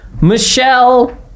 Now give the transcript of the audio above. michelle